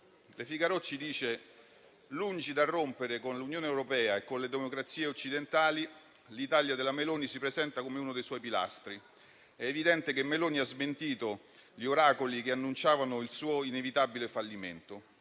*"Le Figaro"* ci dice che: lungi dal rompere con l'Unione europea e con le democrazie occidentali, l'Italia della Meloni si presenta come uno dei suoi pilastri. È evidente che Meloni ha smentito gli oracoli che annunciavano il suo inevitabile fallimento.